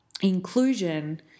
inclusion